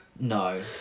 No